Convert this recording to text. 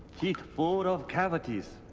teeth full of cavities.